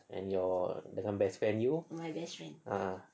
and your dengan best friend you ah